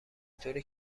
طوری